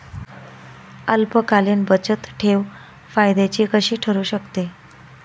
अल्पकालीन बचतठेव फायद्याची कशी ठरु शकते?